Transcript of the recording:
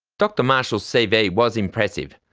dr marshall's cv was impressive.